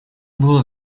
было